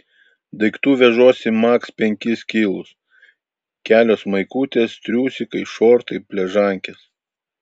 daiktų vežuosi maks penkis kilus kelios maikutės triusikai šortai pležankės